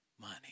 Money